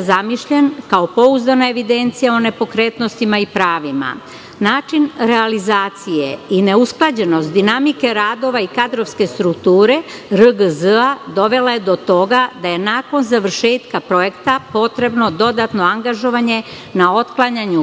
zamišljen kao pouzdana evidencija o nepokretnostima i pravima. Način realizacije i neusklađenost dinamike radova i kadrovske strukture RGZ dovela je do toga da je nakon završetka projekta potrebno dodatno angažovanje na otklanjanju